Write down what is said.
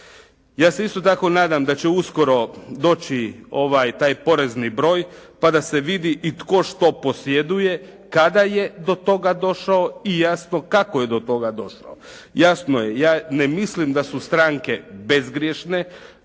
Ja se isto tako nadam da će uskoro doći taj porezni broj pa da se vidi i tko što posjeduje, kada je do toga došao i jasno kako je do toga došao. Jasno je, ja ne mislim da su stranke bezgrešne,